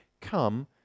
come